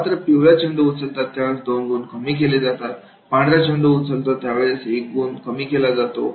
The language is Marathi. मात्र पिवळा चेंडू उचलतात त्या वेळेस दोन गुण कमी केलेज़ातात पांढरा चेंडू उचलला तर एक गुण कमी केला जातो